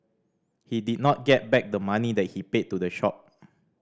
he did not get back the money that he paid to the shop